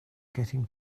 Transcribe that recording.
getting